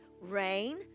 rain